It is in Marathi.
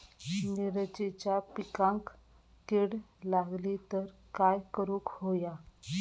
मिरचीच्या पिकांक कीड लागली तर काय करुक होया?